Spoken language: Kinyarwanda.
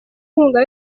nkunga